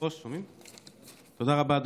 תודה רבה.